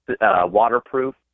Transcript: waterproof